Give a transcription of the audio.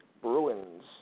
Bruins